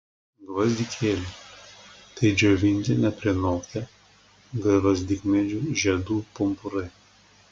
gvazdikėliai tai džiovinti neprinokę gvazdikmedžių žiedų pumpurai